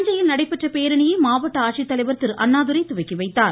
தஞ்சையில் நடைபெற்ற பேரணியை மாவட்ட ஆட்சித்தலைவர் திரு அண்ணாதுரை துவக்கிவைத்தார்